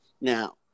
Now